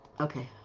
Okay